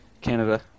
Canada